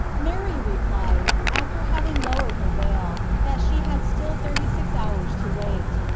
mary replied, after having lowered her veil, that she had still thirty six hours to wait.